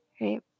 right